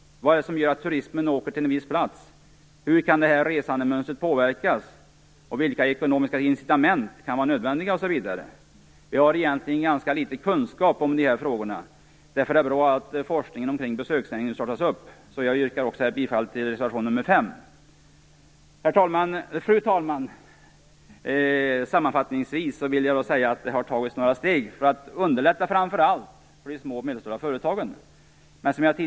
Vad är det som gör att turisten åker till en viss plats? Hur kan resandemönstret påverkas? Vilka ekonomiska incitament kan vara nödvändiga? Vi har liten kunskap om dessa frågor. Därför är det bra att det har påbörjats forskning kring besöksnäringen. Jag yrkar bifall till reservation 5. Fru talman! Det har tagits steg för att underlätta för framför allt de små och medelstora företagen.